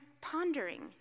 pondering